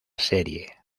serie